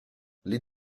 les